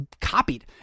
copied